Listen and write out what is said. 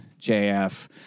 JF